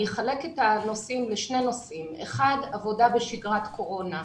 אני אחלק את הנושא לשני נושאים והראשון הוא עבודה בשגרת קורונה.